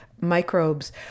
microbes